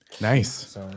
Nice